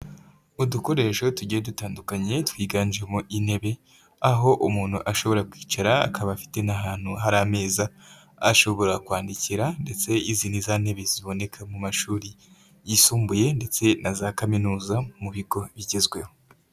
Udukoresho tugiye dutandukanye twiganjemo intebe, aho umuntu ashobora kwicara akaba afite n'ahantu hari ameza aho ashobora kwandikira ndetse izi ni za ntebe ziboneka mu mashuri yisumbuye ndetse na za kaminuza mu bigo igezweho.